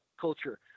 culture